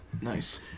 Nice